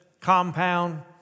compound